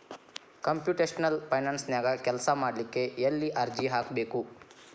Computational ಫೈನಾನ್ಸನ್ಯಾಗ ಕೆಲ್ಸಾಮಾಡ್ಲಿಕ್ಕೆ ಎಲ್ಲೆ ಅರ್ಜಿ ಹಾಕ್ಬೇಕು?